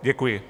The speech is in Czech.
Děkuji.